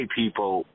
people